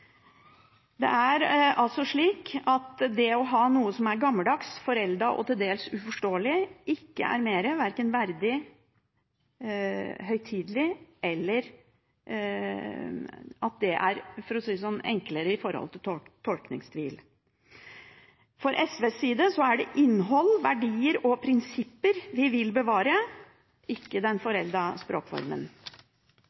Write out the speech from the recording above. Det å ha noe som er gammeldags, foreldet og til dels uforståelig er verken mer verdig eller høytidelig, og heller ikke enklere med tanke på tolkningsstil. Fra SVs side er det innhold, verdier og prinsipper vi vil bevare – ikke den